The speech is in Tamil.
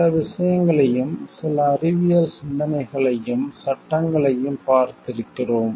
சில விஷயங்களையும் சில அறிவியல் சிந்தனைகளையும் சட்டங்களையும் பார்த்திருக்கிறோம்